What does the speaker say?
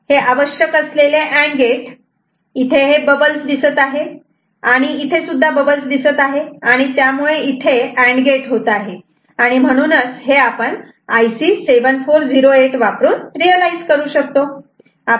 हे आवश्यक असलेले अँड गेट इथे हे बबल्स दिसत आहेत आणि इथेसुद्धा बबल्स दिसत आहे आणि त्यामुळे इथे अँड गेट होत आहे आणि म्हणूनच हे आपण IC 7408 वापरून रियलायझ करू शकतो